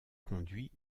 conduit